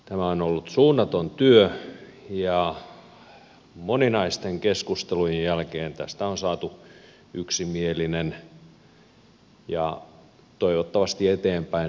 tämä on ollut suunnaton työ ja moninaisten keskustelujen jälkeen tästä on saatu yksimielinen ja toivottavasti suomea eteenpäinvievä kokonaisuus